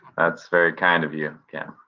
that's very kind of you, kim.